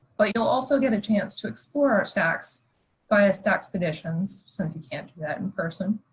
but you'll also get a chance to explore our stacks via staxpeditions, since we can't do that in person.